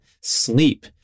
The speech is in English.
sleep